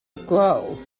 grow